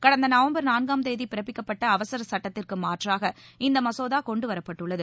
கடந்த நவம்பர் நான்காம் தேதி பிறப்பிக்கப்பட்ட அவசர சட்டத்திற்கு மாற்றாக இந்த மசோதா கொண்டுவரப்பட்டுள்ளது